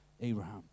Abraham